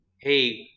hey